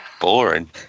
Boring